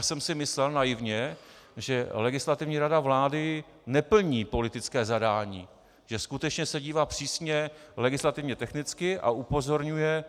Myslel jsem si naivně, že Legislativní rada vlády neplní politické zadání, že se skutečně dívá přísně legislativně technicky a upozorňuje.